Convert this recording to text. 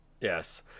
Yes